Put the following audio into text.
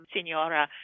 Signora